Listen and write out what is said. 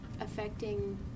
affecting